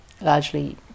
largely